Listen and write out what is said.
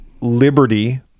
Liberty